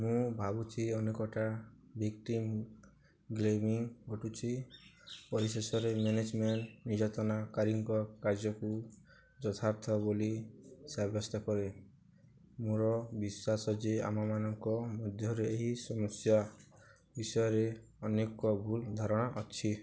ମୁଁ ଭାବୁଛି ଅନେକଟା ଭିକ୍ଟିମ୍ ବ୍ଳେମିଙ୍ଗ୍ ଘଟୁଛି ପରିଶେଷରେ ମ୍ୟାନେଜ୍ମେଣ୍ଟ୍ ନିର୍ଯାତନାକାରୀଙ୍କ କାର୍ଯ୍ୟକୁ ଯଥାର୍ଥ ବୋଲି ସାବ୍ୟସ୍ତ କରେ ମୋର ବିଶ୍ୱାସ ଯେ ଆମମାନଙ୍କ ମଧ୍ୟରେ ଏହି ସମସ୍ୟା ବିଷୟରେ ଅନେକ ଭୁଲ ଧାରଣା ଅଛି